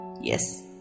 Yes